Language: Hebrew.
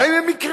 האם הן מקריות?